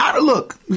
look